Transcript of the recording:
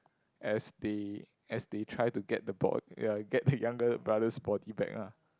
as they as they try to get the bod~ ya get the younger brother's body back lah